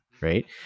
right